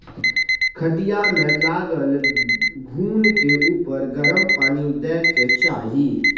खटिया मे लागल घून के उपर गरम पानि दय के चाही